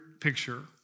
picture